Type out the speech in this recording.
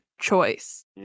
choice